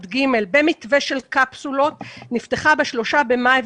ג' במתווה של קפסולות נפתחה ב-3 במאי,